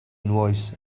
invoice